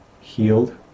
healed